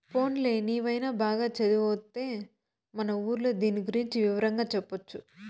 పోన్లే నీవైన బాగా చదివొత్తే మన ఊర్లో దీని గురించి వివరంగా చెప్పొచ్చు